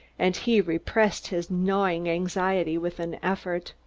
and he repressed his gnawing anxiety with an effort.